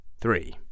Three